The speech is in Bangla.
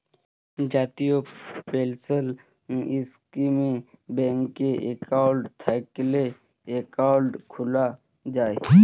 জাতীয় পেলসল ইস্কিমে ব্যাংকে একাউল্ট থ্যাইকলে একাউল্ট খ্যুলা যায়